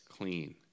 clean